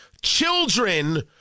Children